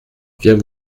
viens